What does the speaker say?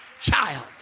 child